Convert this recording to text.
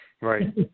Right